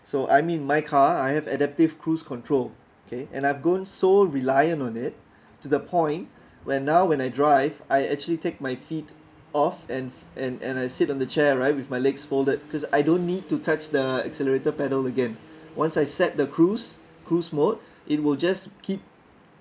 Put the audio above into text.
so I mean my car I have adaptive cruise control okay and I've gone so reliant on it to the point when now when I drive I actually take my feet off and and and I sit on the chair right with my legs folded because I don't need to touch the accelerator pedal again once I set the cruise cruise mode it will just keep